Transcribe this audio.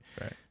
Right